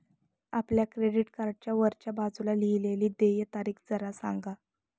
आपल्या क्रेडिट कार्डच्या वरच्या बाजूला लिहिलेली देय तारीख जरा सांगा